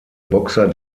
boxer